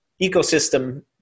ecosystem